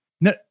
No